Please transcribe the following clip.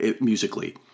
musically